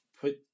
put